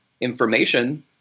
information